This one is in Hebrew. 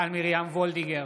וולדיגר,